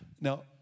Now